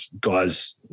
guys